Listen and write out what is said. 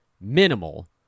Minimal